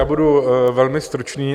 Budu velmi stručný.